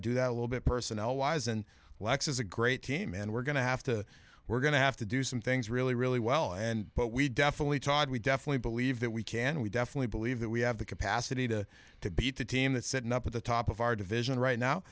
to do that a little bit personnel wise and lex is a great team and we're going to have to we're going to have to do some things really really well and but we definitely talk and we definitely believe that we can we definitely believe that we have the capacity to to beat the team that set up at the top of our division right now